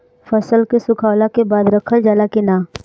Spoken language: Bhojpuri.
फसल के सुखावला के बाद रखल जाला कि न?